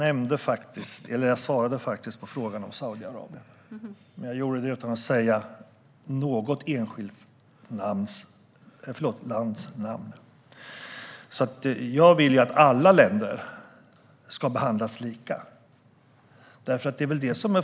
Herr talman! Jag svarade faktiskt på frågan om Saudiarabien, men jag gjorde det utan att säga något enskilt lands namn. Jag vill att alla länder ska behandlas lika.